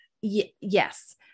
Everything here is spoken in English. Yes